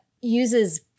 uses